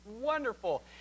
wonderful